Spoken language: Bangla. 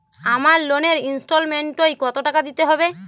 আমার লোনের ইনস্টলমেন্টৈ কত টাকা দিতে হবে?